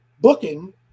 booking